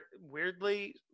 weirdly